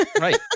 Right